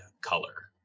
color